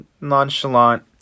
nonchalant